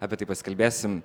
apie tai pasikalbėsim